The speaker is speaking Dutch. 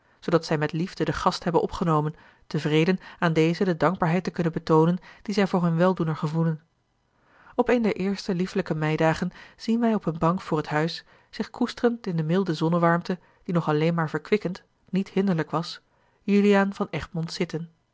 zoodat zij met liefde den gast a l g bosboom-toussaint de delftsche wonderdokter eel opgenomen tevreden aan dezen de dankbaarheid te kunnen betoonen die zij voor hun weldoener gevoelen op een der eerste liefelijke meidagen zien wij op eene bank voor het huis zich koesterend in de milde zonnewarmte die nog alleen maar verkwikkend niet hinderlijk was juliaan van egmond zitten